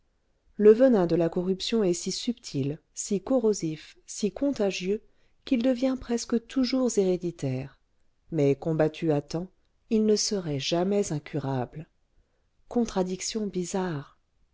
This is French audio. le venin de la corruption est si subtil si corrosif si contagieux qu'il devient presque toujours héréditaire mais combattu à temps il ne serait jamais incurable contradiction bizarre